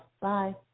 Bye